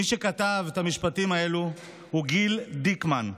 מי שכתב את המשפטים האלה הוא גיל דיקמן,